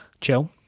chill